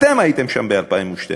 אתם הייתם שם ב-2012.